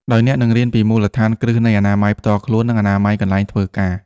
ដោយអ្នកនឹងរៀនពីមូលដ្ឋានគ្រឹះនៃអនាម័យផ្ទាល់ខ្លួន និងអនាម័យកន្លែងធ្វើការ។